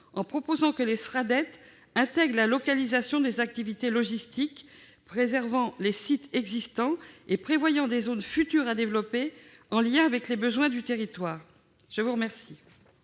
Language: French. en proposant que les Sraddet intègrent la localisation des activités logistiques, en préservant les sites existants et en prévoyant des zones futures à développer, en lien avec les besoins du territoire. Quel